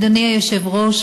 אדוני היושב-ראש,